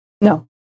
No